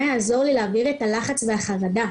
מה יעזור לי להעביר את הלחץ והחרדה,